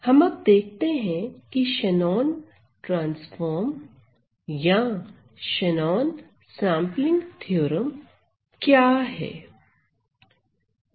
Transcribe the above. हम अब देखते हैं कि शेनॉन ट्रांसफार्म या शेनॉन सेंपलिंग थ्योरम क्या है